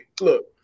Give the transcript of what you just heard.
look